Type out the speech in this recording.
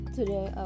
Today